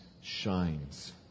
shines